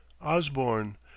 Osborne